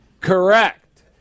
Correct